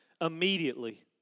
immediately